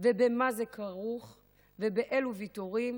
ובמה זה כרוך ובאילו ויתורים,